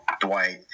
Dwight